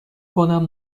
کنم